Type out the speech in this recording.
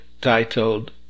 titled